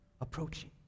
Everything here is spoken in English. approaching